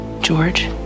George